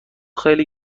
خیلی